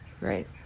right